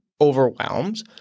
overwhelmed